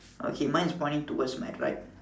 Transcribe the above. okay mine is pointing towards my right